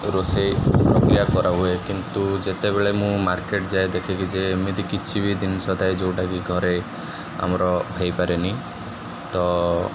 ରୋଷେଇ ପ୍ରକ୍ରିୟା କରାହୁଏ କିନ୍ତୁ ଯେତେବେଳେ ମୁଁ ମାର୍କେଟ ଯାଏ ଦେଖେ କି ଯେ ଏମିତି କିଛି ବି ଜିନିଷ ଥାଏ ଯେଉଁଟାକି ଘରେ ଆମର ହେଇପାରେନି ତ